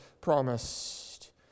promised